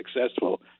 successful